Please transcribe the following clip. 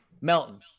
Melton